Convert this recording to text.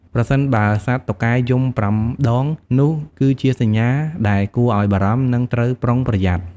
ប្រសិនបើសត្វតុកែយំប្រាំដង នោះគឺជាសញ្ញាដែលគួរឲ្យបារម្ភ និងត្រូវប្រុងប្រយ័ត្ន។